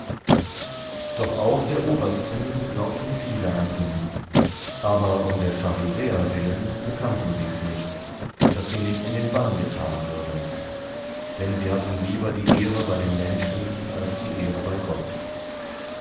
doch auch der obersten glaubten viele an ihn aber um der pharisäer willen bekannten sie's nicht daß sie nicht in den bann getan würden denn sie hatten lieber die ehre bei den menschen als die ehre bei gott